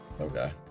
Okay